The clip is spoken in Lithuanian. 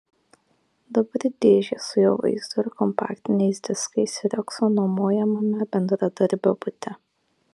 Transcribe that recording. dabar dėžės su jo vaizdo ir kompaktiniais diskais riogso nuomojamame bendradarbio bute